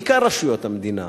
בעיקר רשויות המדינה,